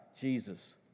Jesus